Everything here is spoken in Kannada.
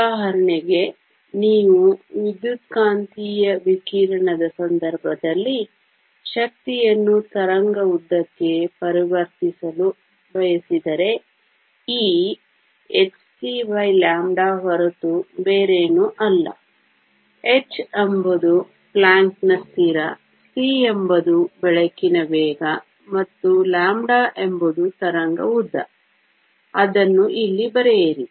ಉದಾಹರಣೆಗೆ ನೀವು ವಿದ್ಯುತ್ಕಾಂತೀಯ ವಿಕಿರಣದ ಸಂದರ್ಭದಲ್ಲಿ ಶಕ್ತಿಯನ್ನು ತರಂಗ ಉದ್ದಕ್ಕೆ ಪರಿವರ್ತಿಸಲು ಬಯಸಿದರೆ E hcλ ಹೊರತು ಬೇರೇನೂ ಅಲ್ಲ h ಎಂಬುದು ಪ್ಲಾಂಕ್ನ ಸ್ಥಿರ c ಎಂಬುದು ಬೆಳಕಿನ ವೇಗ ಮತ್ತು λ ಎಂಬುದು ತರಂಗ ಉದ್ದ ಅದನ್ನು ಇಲ್ಲಿ ಬರೆಯಿರಿ